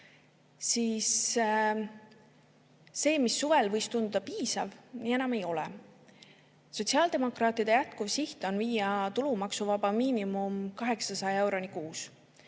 et,] see, mis suvel võis tunduda piisav, nii enam ei ole. Sotsiaaldemokraatide jätkuv siht on viia tulumaksuvaba miinimum 800 euroni kuus,